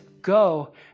go